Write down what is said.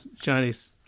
Chinese